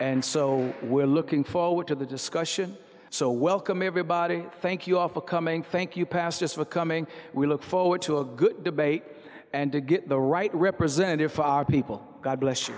and so we're looking forward to the discussion so welcome everybody thank you off the coming thank you pass to succumbing we look forward to a good debate and to get the right represent if our people god bless you